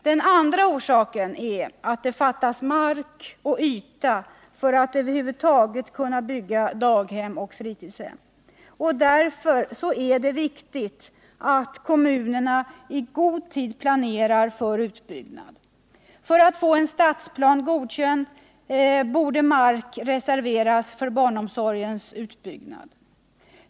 Den andra orsaken är att det fattas mark och yta för att över huvud taget kunna bygga daghem och fritidshem. Därför är det viktigt att kommunerna i god tid planerar för utbyggnad. För att man skall få en stadsplan godkänd borde man ha reserverat mark för barnomsorgens utbyggnad.